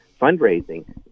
fundraising